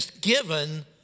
given